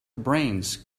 brains